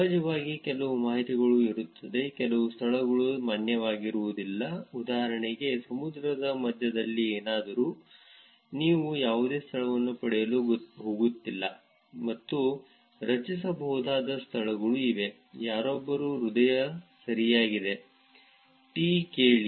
ಸಹಜವಾಗಿ ಕೆಲವು ಮಾಹಿತಿಗಳು ಇರುತ್ತವೆ ಕೆಲವು ಸ್ಥಳಗಳು ಮಾನ್ಯವಾಗಿರುವುದಿಲ್ಲ ಉದಾಹರಣೆಗೆ ಸಮುದ್ರದ ಮಧ್ಯದಲ್ಲಿ ಏನಾದರೂ ನೀವು ಯಾವುದೇ ಸ್ಥಳವನ್ನು ಪಡೆಯಲು ಹೋಗುತ್ತಿಲ್ಲ ಮತ್ತು ರಚಿಸಬಹುದಾದ ಸ್ಥಳಗಳು ಇವೆ ಯಾರೊಬ್ಬರ ಹೃದಯ ಸರಿಯಾಗಿದೆ ಟಿ ಕೇಳಿ